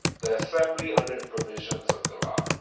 the assembly under the provisions of the law.